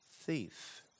thief